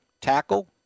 tackle